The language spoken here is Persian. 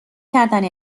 کردن